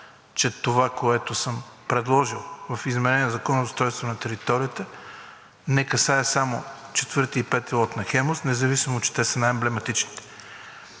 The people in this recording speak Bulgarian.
че това, което съм предложил в изменението на Закона за устройството на територията, не касае само 4-ти и 5-и лот на „Хемус“, независимо че те са най-емблематичните.